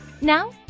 Now